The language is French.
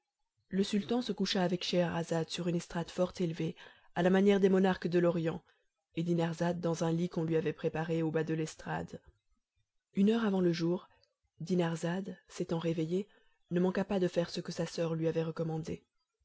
le sultan se coucha avec scheherazade sur une estrade fort élevée à la manière des monarques de l'orient et dinarzade dans un lit qu'on lui avait préparé au bas de l'estrade une heure avant le jour dinarzade s'étant réveillée ne manqua pas de faire ce que sa soeur lui avait recommandé